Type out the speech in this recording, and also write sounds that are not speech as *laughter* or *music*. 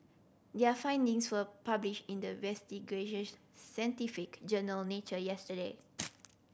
their findings were published in the *unintelligible* scientific journal Nature yesterday